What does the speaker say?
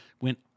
went